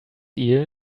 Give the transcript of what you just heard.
eel